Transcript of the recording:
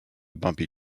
bumpy